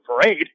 parade